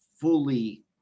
fully